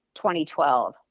2012